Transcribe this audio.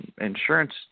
insurance